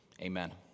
Amen